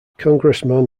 congressman